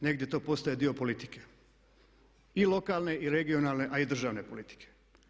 Negdje to postaje dio politike i lokalne i regionalne a i državne politike.